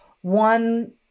One